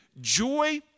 joy